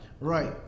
Right